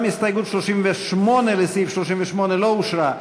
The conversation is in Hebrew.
גם הסתייגות 38 לסעיף 38 לא אושרה.